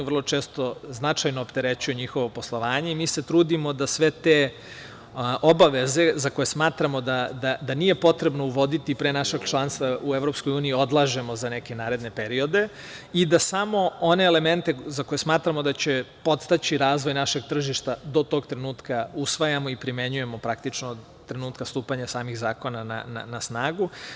Vrlo često značajno opterećuju njihovo poslovanje i mi se trudimo da sve te obaveze za koje smatramo da nije potrebno uvoditi pre našeg članstva u EU odložimo za neke naredne periode i da samo one elemente za koje smatramo da će podstaći razvoj našeg tržišta do tog trenutka usvajamo i primenjujemo, praktično, od trenutka stupanja samih zakona na snagu.